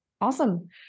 Awesome